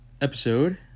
episode